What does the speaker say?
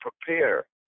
prepare